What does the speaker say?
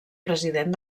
president